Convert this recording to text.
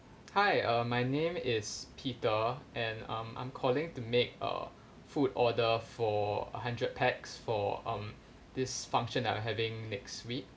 hi uh my name is peter and um I'm calling to make a food order for a hundred packs for um this function that I am having next week